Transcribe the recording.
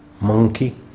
Monkey